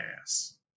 ass